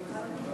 הרשמת,